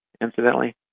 incidentally